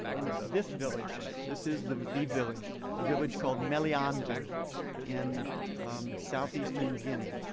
in this village this is the the village a village called meliandou in southeastern guinea.